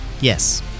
Yes